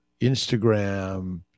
Instagram